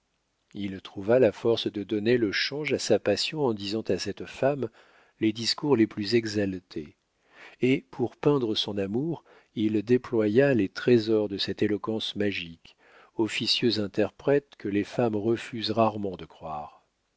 il trouva la force de donner le change à sa passion en disant à cette femme les discours les plus exaltés et pour peindre son amour il déploya les trésors de cette éloquence magique officieux interprète que les femmes refusent rarement de croire